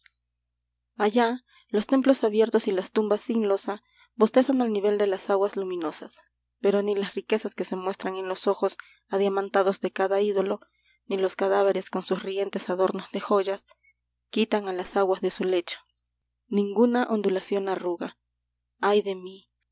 los templos abiertos y las tumbas sin losa bostezan al nivel de las aguas luminosas pero ni las riquezas que se muestran en los ojos adiamantados de cada ídolo ni los cadáveres con sus rientes adornos de joyas quitan a las aguas de su lecho ninguna ondulación arruga ay de mí